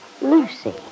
Lucy